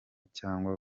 cyangwa